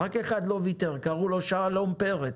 רק אחד לא ויתר, קראו לו שלום פרץ.